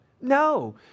no